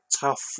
tough